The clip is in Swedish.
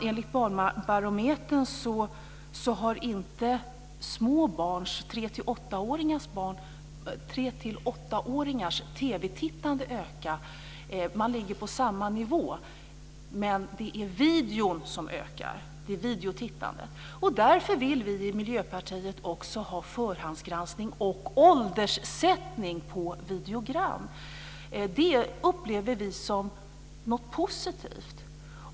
Enligt Barnbarometern har TV tittandet för barn i åldern 3-8 år inte ökat. Nivån är densamma. Men tittandet på videofilmer har ökat. Därför vill vi i Miljöpartiet också ha förhandsgranskning av och en åldersgräns på videogram. Det upplever vi som något positivt.